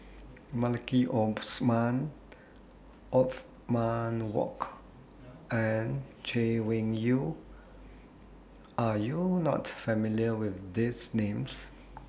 Maliki Osman Othman Wok and Chay Weng Yew Are YOU not familiar with These Names